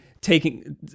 taking